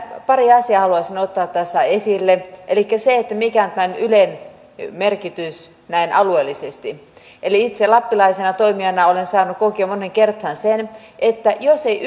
pari asiaa haluaisin ottaa tässä esille elikkä sen mikä on ylen merkitys näin alueellisesti itse lappilaisena toimijana olen saanut kokea moneen kertaan sen että jos ei